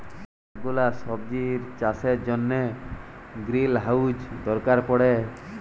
ওলেক গুলা সবজির চাষের জনহ গ্রিলহাউজ দরকার পড়ে